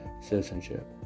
citizenship